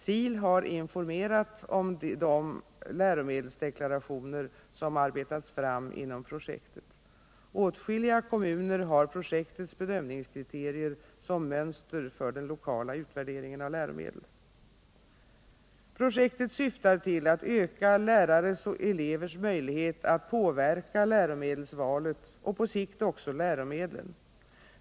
SIL har informerat om de läromedelsdeklarationer som arbetats fram inom projektet. Åtskilliga kommuner har projektets bedömningskriterier som mönster för den lokala utvärderingen av läromedel. Projektet syftar till att öka lärares och elevers möjlighet att påverka läromedelsvalet och på sikt också läromedlen.